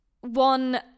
one